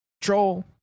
Troll